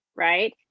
Right